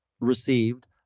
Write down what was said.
received